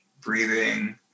breathing